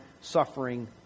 suffering